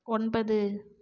ஒன்பது